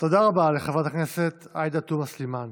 תודה רבה לחברת הכנסת עאידה תומא סלימאן.